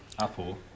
apple